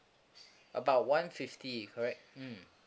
about one fifty correct mm